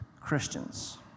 Christians